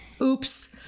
oops